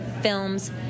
films